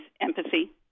empathy